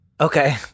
Okay